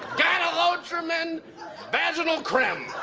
gyne-lotrimin vaginal cremm.